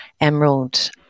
Emerald